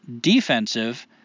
defensive